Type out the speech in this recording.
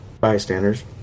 bystanders